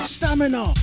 Stamina